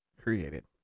created